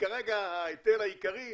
כרגע ההיטל העיקרי